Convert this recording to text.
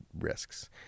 risks